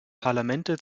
parlamente